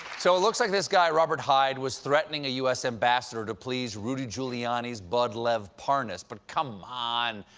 so it looks like this guy robert hyde was threatening a u s. ambassador to please rudy giuliani's buddy lev parnas. but come on,